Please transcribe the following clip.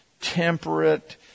Temperate